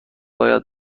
باید